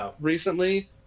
recently